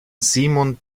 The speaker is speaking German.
simon